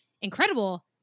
incredible